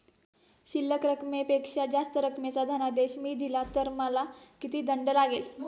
शिल्लक रकमेपेक्षा जास्त रकमेचा धनादेश मी दिला तर मला किती दंड लागेल?